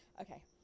Okay